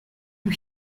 you